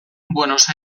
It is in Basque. buenos